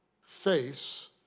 face